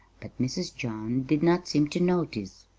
but mrs. john did not seem to notice.